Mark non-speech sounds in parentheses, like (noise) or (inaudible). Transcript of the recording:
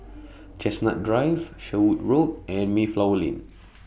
(noise) Chestnut Drive Sherwood Road and Mayflower Lane (noise)